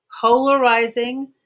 polarizing